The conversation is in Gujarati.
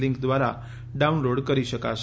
લિંક દ્વારા ડાઉનલોડ કરી શકશે